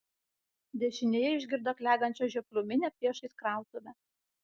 dešinėje išgirdo klegančią žioplių minią priešais krautuvę